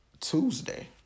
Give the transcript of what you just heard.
Tuesday